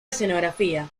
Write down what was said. escenografía